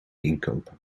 inkopen